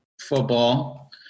football